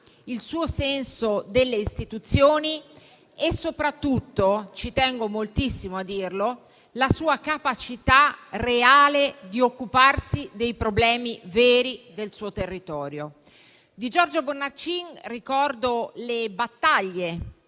il suo senso delle istituzioni e soprattutto - ci tengo moltissimo a dirlo - la sua capacità reale di occuparsi dei problemi veri del suo territorio. Di Giorgio Bornacin ricordo le battaglie